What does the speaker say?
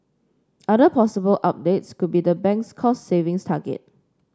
other possible updates could be the bank's cost savings target